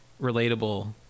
relatable